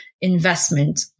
investment